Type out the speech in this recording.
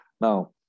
Now